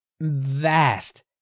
Vast